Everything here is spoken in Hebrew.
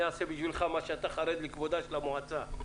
אני אעשה בשבילך מה שאתה חרד לכבודה של המועצה.